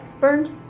burned